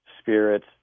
spirits